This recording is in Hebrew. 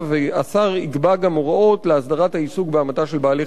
והשר יקבע גם הוראות להסדרת העיסוק בהמתה של בעלי-חיים,